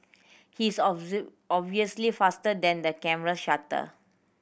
he is obviously faster than the camera shutter